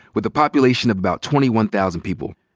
with a population of about twenty one thousand people.